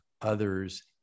others